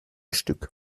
stück